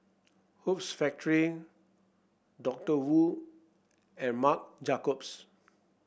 Hoops Factory Doctor Wu and Marc Jacobs